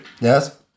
Yes